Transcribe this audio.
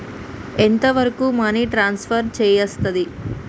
ఎంత వరకు money transfer చేయస్తది?